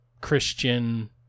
Christian